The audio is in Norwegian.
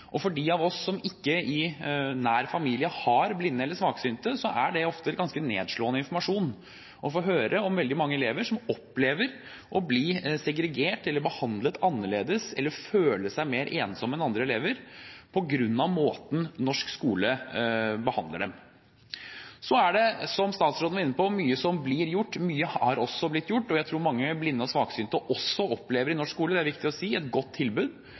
Og for de av oss som ikke har blinde eller svaksynte i nær familie, er det nedslående å få informasjon om at veldig mange elever opplever å bli segregert eller behandlet annerledes, eller at de føler seg mer ensomme enn andre elever på grunn av måten norsk skole behandler dem på. Så er det, som statsråden var inne på, mye som blir gjort. Mye er også blitt gjort, og jeg tror mange blinde og svaksynte også opplever – det er det viktig å si – et godt tilbud